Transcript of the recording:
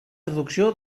traducció